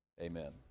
Amen